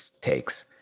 takes